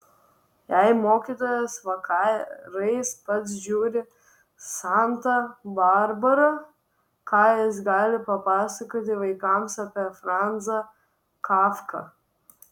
jei mokytojas vakarais pats žiūri santą barbarą ką jis gali papasakoti vaikams apie franzą kafką